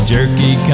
Jerky